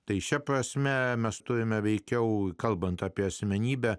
tai šia prasme mes stojome veikiau kalbant apie asmenybę